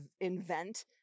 invent